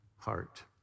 heart